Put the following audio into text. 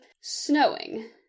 snowing